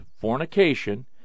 fornication